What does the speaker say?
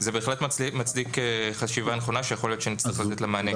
זה בהחלט מצדיק חשיבה נכונה שיכול להיות שנצטרך לתת לה מענה.